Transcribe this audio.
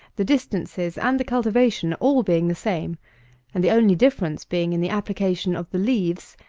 the distances, and the cultivation, all being the same and the only difference being in the application of the leaves,